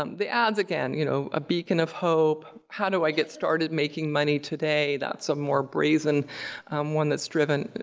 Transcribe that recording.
um the ads again, you know a beacon of hope. how do i get started making money today? that's a more brazen one that's driven,